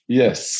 yes